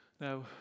Now